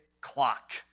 clock